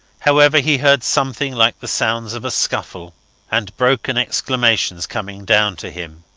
however, he heard something like the sounds of a scuffle and broken exclamations coming down to him.